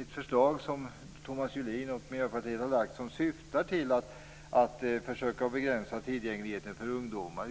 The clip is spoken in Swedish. ett förslag som Thomas Julin och Miljöpartiet har lagt fram. Det syftar till att begränsa tillgängligheten för ungdomar.